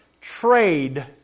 trade